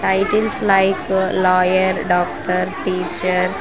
titles like lawyer doctor teacher